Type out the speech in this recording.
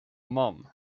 mom